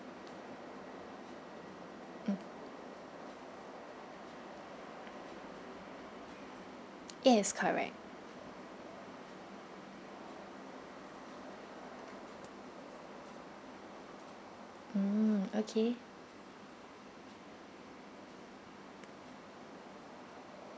mm yes correct mm okay